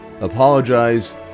apologize